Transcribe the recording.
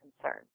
concern